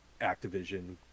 activision